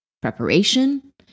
preparation